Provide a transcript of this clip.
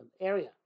area